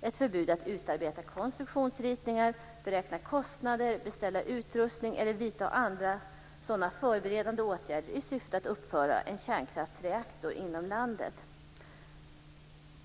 ett förbud mot att utarbeta konstruktionsritningar, beräkna kostnader, beställa utrustning eller vidta andra sådana förberedande åtgärder i syfte att uppföra en kärnkraftsreaktor inom landet.